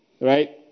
right